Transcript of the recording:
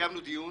קיימנו דיון